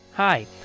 Hi